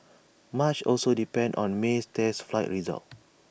much also depends on May's test flight results